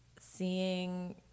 seeing